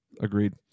Agreed